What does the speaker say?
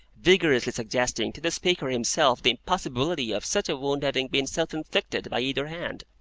vigorously suggesting to the speaker himself the impossibility of such a wound having been self-inflicted by either hand.